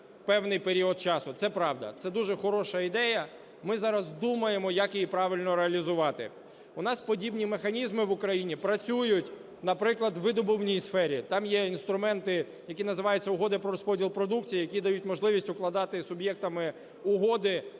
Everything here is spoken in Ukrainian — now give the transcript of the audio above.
певний період часу. Це правда. Це дуже хороша ідея. Ми зараз думаємо, як її правильно реалізувати. У нас подібні механізми в України працюють, наприклад, у видобувній сфері, там є інструменти, які називаються угоди про розподіл продукції, які дають можливість укладати із суб'єктами угоди